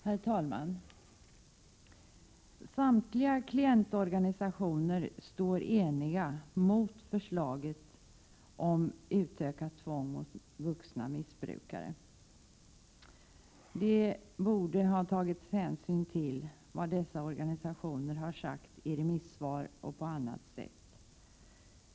Herr talman! Samtliga klientorganisationer står eniga mot förslaget om utökat tvång mot vuxna missbrukare. Det borde ha tagits hänsyn till vad dessa organisationer har sagt i remissvar och på annat sätt.